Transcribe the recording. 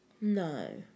No